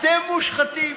אתם מושחתים.